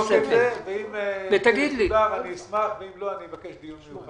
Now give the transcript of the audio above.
אני אשמח, ואם לא, אני אבקש דיון.